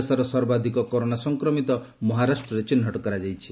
ଦେଶର ସର୍ବାଧିକ କରୋନା ସଂକ୍ରମିତ ମହାରାଷ୍ଟ୍ରରେ ଚିହ୍ନଟ କରାଯାଇଛି